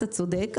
אתה צודק,